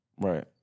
Right